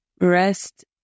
rest